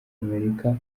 amerika